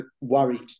worried